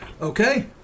Okay